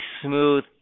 smooth